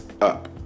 up